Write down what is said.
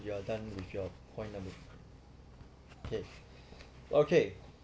you are done with your point level okay okay